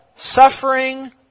suffering